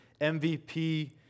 MVP